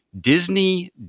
Disney